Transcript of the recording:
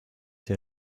der